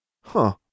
Huh